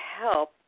help